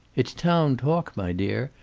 it's town talk, my dear.